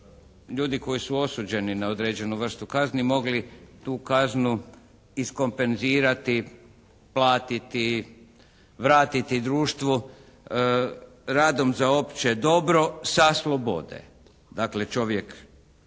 ljudi koji su osuđeni na određenu vrstu kazni mogli tu kaznu iskompenzirati, platiti, vratiti društvu radom za opće dobro sa slobode. Dakle čovjek